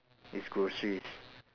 is groceries